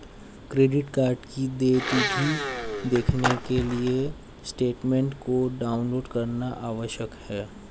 credit card की देय तिथी देखने के लिए स्टेटमेंट को डाउनलोड करना आवश्यक है